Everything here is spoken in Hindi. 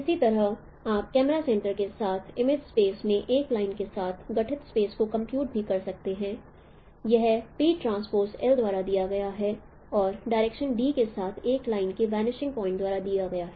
इसी तरह आप कैमरा सेंटर के साथ इमेज स्पेस में एक लाइन के साथ गठित स्पेस को कंप्यूट भी कर सकते हैं यह द्वारा दिया गया है और डायरेक्शन d के साथ एक लाइन के वनिशिंग पॉइंट द्वारा दिया गया है